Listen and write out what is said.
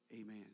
amen